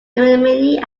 khomeini